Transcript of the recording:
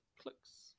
clicks